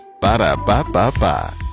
Ba-da-ba-ba-ba